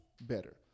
better